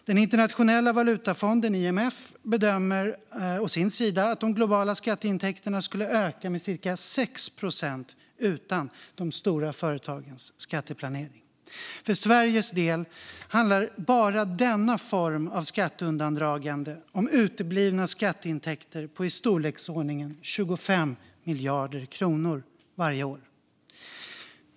Internationella valutafonden, IMF, bedömer å sin sida att de globala skatteintäkterna skulle öka med cirka 6 procent utan de stora företagens skatteplanering. För Sveriges del handlar bara denna form av skatteundandragande om uteblivna skatteintäkter på i storleksordningen 25 miljarder kronor varje år.